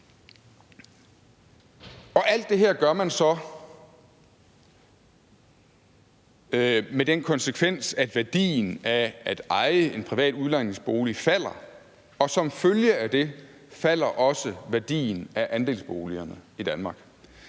Alt det her gør man så med den konsekvens, at værdien af at eje en privat udlejningsbolig falder, og som følge af det falder også værdien af andelsboligerne i Danmark.